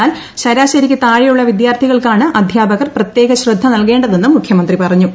എന്നാൽ ശരാശരിയ്ക്ക് താഴെയുള്ള വിദ്യാർത്ഥികൾക്കാണ് അദ്ധ്യാപകർ പ്രത്യേക ശ്രദ്ധ നൽകേണ്ടതെന്നും മുഖ്യമ്ത്രി പറഞ്ഞു